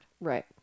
Right